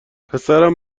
پسرم